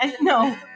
No